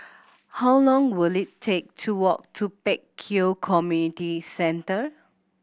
how long will it take to walk to Pek Kio Community Centre